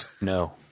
No